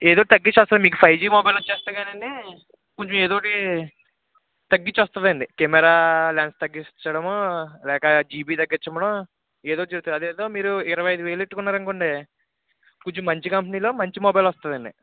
ఏదో ఒకటి తగ్గించి వస్తుంది ఫైవ్ జీ మొబైల్ వస్తుంది కానియండి కొంచెం ఏదోటి తగ్గించి వస్తుందండి కెమెరా లేకపోతే తగ్గిచ్చడము లేక జీబీ తగ్గించడము అది ఏదో మీరు ఇరవై ఐదు వేలు పెట్టికున్నారనుకోండి కొంచెం మంచి కంపెనీలో మంచి మొబైల్ వస్తుందండి